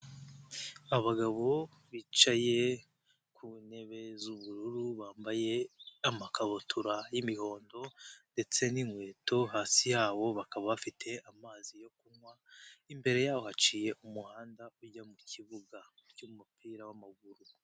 Abagabo bicaye ku ntebe z'ubururu bambaye amakabutura y'imihondo ndetse n'inkweto, hasi yabo bakaba bafite amazi yo kunywa, imbere yabo haciye umuhanda ujya mu kibuga cy'umupira w'amaguru.